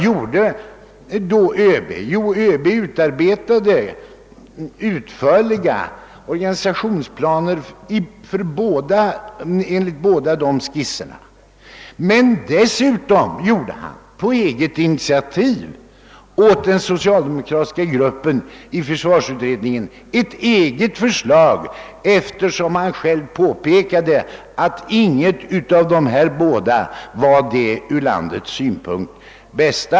Jo, han utarbetade utförliga organisationsplaner enligt de båda skisserna och gjorde dessutom på eget initiativ ett eget förslag åt den socialdemokratiska gruppen i försvarsutredningen eftersom, som han själv påpekade, inget av de övriga förslagen var det bästa från landets synpunkt.